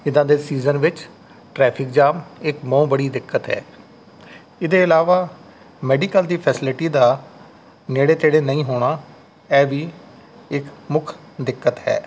ਇੱਦਾਂ ਦੇ ਸੀਜ਼ਨ ਵਿੱਚ ਟਰੈਫਿਕ ਜਾਮ ਇੱਕ ਬਹੁਤ ਬੜੀ ਦਿੱਕਤ ਹੈ ਇਹਦੇ ਇਲਾਵਾ ਮੈਡੀਕਲ ਦੀ ਫੈਸਿਲਟੀ ਦਾ ਨੇੜੇ ਤੇੜੇ ਨਹੀਂ ਹੋਣਾ ਇਹ ਵੀ ਇੱਕ ਮੁੱਖ ਦਿੱਕਤ ਹੈ